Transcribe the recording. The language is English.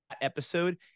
episode